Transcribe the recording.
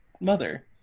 mother